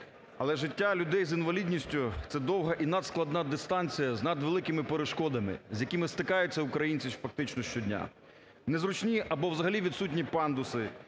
Але життя людей з інвалідністю це довга і надскладна дистанція з надвеликими перешкодами, з якими стикаються українці фактично щодня. Незручні або взагалі відсутні пандуси,